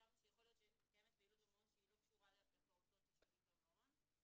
חשבנו שאם מתקיימת פעילות במעון שלא קשורה לפעוטות ששוהים במעון,